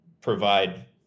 provide